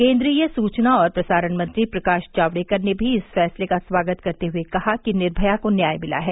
केन्द्रीय सूचना और प्रसारण मंत्री प्रकाश जावडेकर ने भी इस फैसले का स्वागत करते हुए कहा कि निर्मया को न्याय मिला है